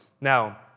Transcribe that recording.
Now